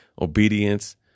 obedience